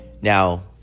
Now